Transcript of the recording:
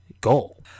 goal